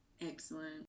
Excellent